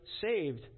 saved